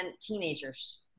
teenagers